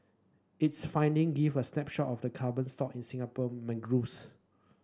its finding give a snapshot of the carbon stock in Singapore mangroves